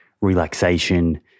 relaxation